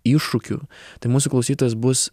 iššūkių tai mūsų klausytojas bus